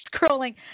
scrolling